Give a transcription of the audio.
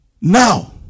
Now